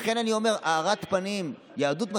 לכן אני אומר: הארת פנים, יהדות מחבקת,